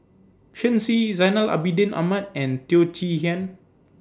Shen Xi Zainal Abidin Ahmad and Teo Chee Hean